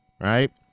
Right